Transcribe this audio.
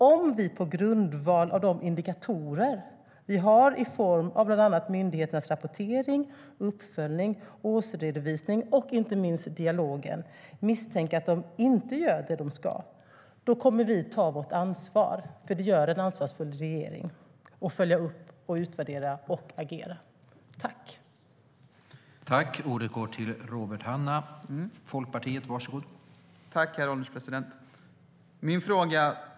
Om vi på grundval av de indikatorer vi har, i form av bland annat myndighetens rapportering, uppföljning, årsredovisning och inte minst dialogen, kan misstänka att myndigheten inte gör det man ska kommer vi att ta vårt ansvar att följa upp, utvärdera och agera. Så gör en ansvarsfull regering.